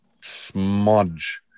smudge